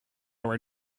were